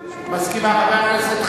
אני מסכימה לכל מה שאומר השר.